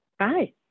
Hi